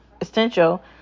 essential